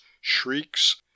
shrieks